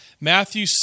Matthew